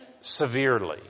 severely